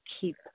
keep